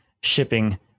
shipping